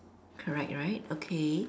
correct right okay